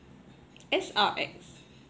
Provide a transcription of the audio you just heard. S_R_X